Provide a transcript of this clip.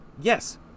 yes